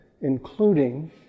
including